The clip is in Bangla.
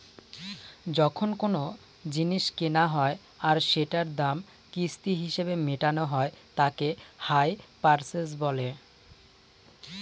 যখন কোনো জিনিস কেনা হয় আর সেটার দাম কিস্তি হিসেবে মেটানো হয় তাকে হাই পারচেস বলে